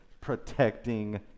protecting